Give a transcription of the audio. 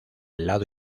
lado